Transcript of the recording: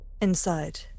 inside